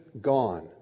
gone